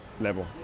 level